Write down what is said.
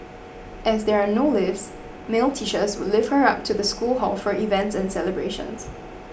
as there are no lifts male teachers would lift her up to the school hall for events and celebrations